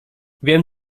wiem